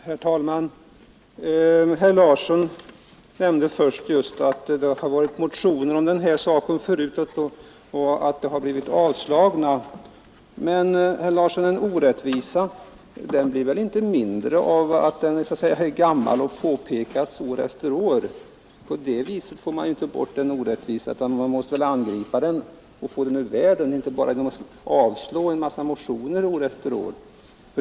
Herr talman! Herr Larsson i Vänersborg nämnde först att det förekommit motioner i denna sak förut och att de avslagits. Men, herr Larsson, en orättvisa blir väl inte mindre av att den är gammal och påpekas år efter år. På det viset får man ju inte bort en orättvisa. Man måste angripa den och få den ur världen och inte bara avslå en massa motioner.